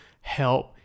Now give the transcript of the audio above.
help